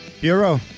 Bureau